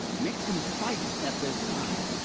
make them fight at their side.